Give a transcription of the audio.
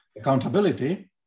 accountability